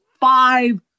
five